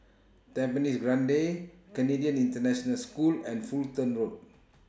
Tampines Grande Canadian International School and Fulton Road